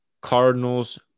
Cardinals